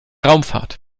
raumfahrt